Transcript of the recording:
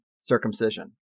Circumcision